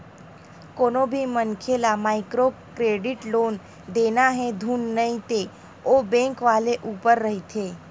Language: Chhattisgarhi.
कोनो भी मनखे ल माइक्रो क्रेडिट लोन देना हे धुन नइ ते ओ बेंक वाले ऊपर रहिथे